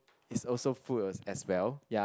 it's also food as well ya